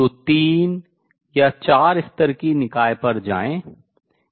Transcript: तो तीन या चार स्तर की निकाय पर जाएं